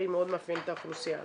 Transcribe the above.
גם מאוד מאפיינת את האוכלוסייה הזאת.